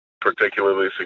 particularly